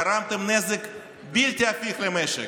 גרמתם נזק בלתי הפיך למשק.